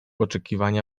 oczekiwania